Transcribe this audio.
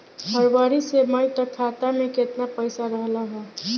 फरवरी से मई तक खाता में केतना पईसा रहल ह?